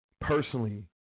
personally